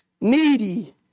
needy